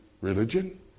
religion